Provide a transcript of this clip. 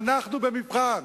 אנחנו במבחן: